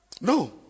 No